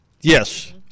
Yes